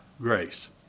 grace